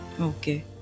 okay